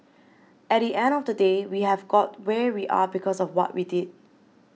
at the end of the day we have got where we are because of what we did